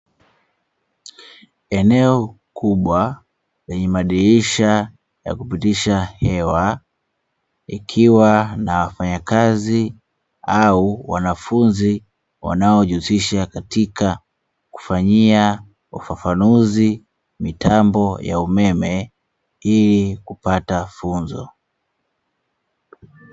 Eneo kubwa, lenye madirisha ya kupitisha hewa, ikiwa na wafanyakazi au wanafunzi wanaojihusisha katika kufanyia ufafanuzi mitambo ya umeme ili kupata funzo.